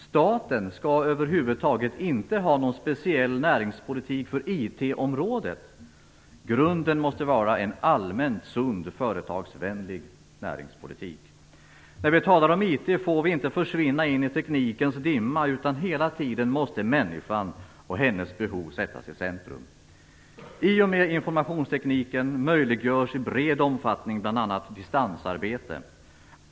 Staten skall över huvud taget inte ha någon speciell näringspolitik för IT-området. Grunden måste vara en allmänt sund, företagsvänlig näringspolitik. När vi talar om IT får vi inte försvinna in i teknikens dimma, utan människan och hennes behov måste hela tiden sättas i centrum. I och med informationstekniken möjliggörs i bred omfattning bl.a. distansarbete.